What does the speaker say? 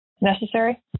necessary